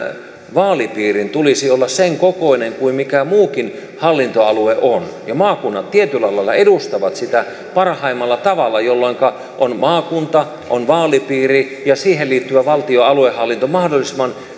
vaalipiirin tulisi olla sen kokoinen kuin muukin hallintoalue on ja maakunnat tietyllä lailla edustavat sitä parhaimmalla tavalla jolloinka on maakunta ja on vaalipiiri ja siihen liittyvä valtion aluehallinto mahdollisimman